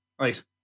Right